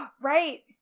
Right